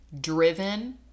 driven